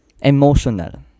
emotional